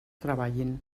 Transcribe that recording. treballin